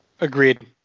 Agreed